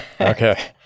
Okay